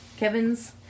Kevin's